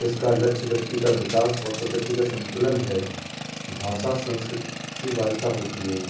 इसका लक्ष्य व्यक्ति का विकास औ प्रकृति का संतुलन है भाषा संस्कृत की वाहिका होती है